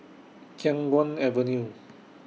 Khiang Guan Avenue